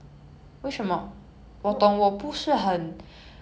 okay but okay then what kind of 包包 will you buy